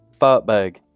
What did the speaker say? Fartbag